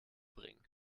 bringen